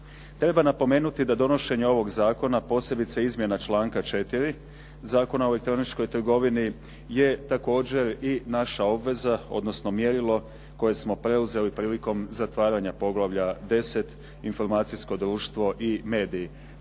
Treba napomenuti da donošenje ovog zakona posebice izmjena članka 4. Zakona o elektroničkoj trgovini je također i naša obveza odnosno mjerilo koje smo preuzeli prilikom zatvaranja poglavlja 10.-Informacijsko društvo i mediji.